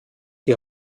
die